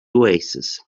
oasis